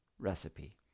recipe